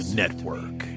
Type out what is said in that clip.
network